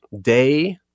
day